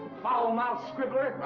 foulmouthed scribbler!